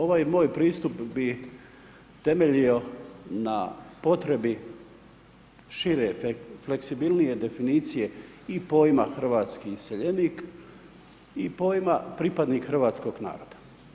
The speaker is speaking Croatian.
Ovaj moj pristup bi temeljio na potrebi šire fleksibilnije definicije i pojma hrvatski iseljenik i pojma pripadnik hrvatskog naroda.